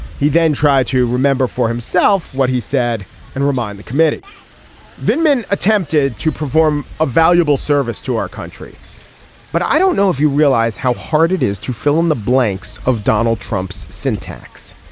he then tried to remember for himself what he said and remind the committee vin men attempted to perform a valuable service to our country but i don't know if you realize how hard it is to fill in the blanks of donald trump's syntax.